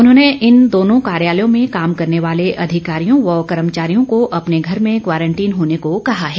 उपमंडलाधिकारी ने इन दोनों कार्यालयों में काम करने वाले अधिकारियों व कर्मचारियों को अपने घर में क्वॉरेंटाइन होने को कहा है